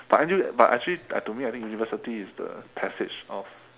but N_U~ but actually to me I think university is the passage of